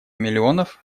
миллионов